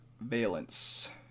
valence